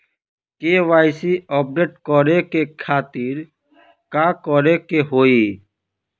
KYC update करे के खातिर का करे के होई?